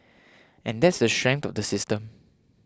and that's the strength of the system